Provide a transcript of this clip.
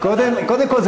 קודם כול,